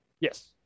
yes